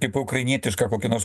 kaip ukrainietišką kokį nors